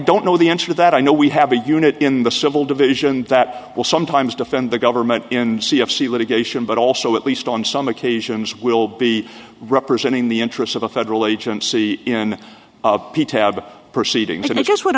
don't know the answer that i know we have a unit in the civil division that will sometimes defend the government in c f c litigation but also at least on some occasions will be representing the interests of the federal agency in of p tab proceedings and i guess what